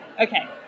Okay